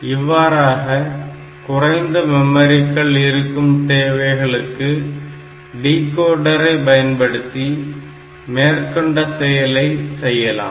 இவ்வாறாக குறைந்த மெமரிகள் இருக்கும் தேவைகளுக்கு டிகோடரை பயன்படுத்தி மேற்கொண்ட செயலை செய்யலாம்